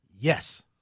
Yes